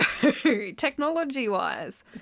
technology-wise